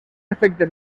efectes